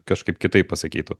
kažkaip kitaip pasakytų